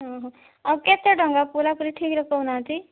ଓହୋ ଆଉ କେତେ ଟଙ୍କା ପୁରାପୁରି ଠିକ୍ରେ କହୁନାହାନ୍ତି